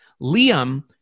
Liam